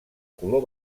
color